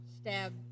stab